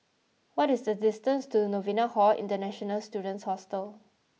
what is the distance to Novena Hall International Students Hostel